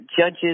judges